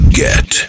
get